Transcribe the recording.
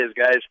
guys